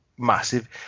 massive